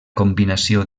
combinació